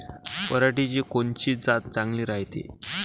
पऱ्हाटीची कोनची जात चांगली रायते?